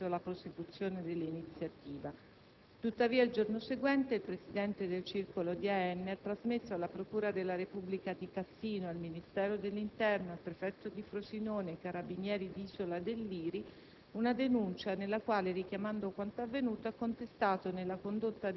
Dagli elementi acquisiti emerge che il citato episodio non ha comunque impedito la prosecuzione dell'iniziativa. Tuttavia, il giorno seguente il presidente del circolo di Alleanza Nazionale ha trasmesso alla procura della Repubblica di Cassino, nonché al Ministero dell'interno, al prefetto di Frosinone e ai Carabinieri di Isola del Liri,